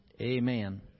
amen